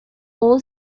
all